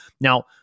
Now